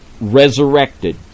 resurrected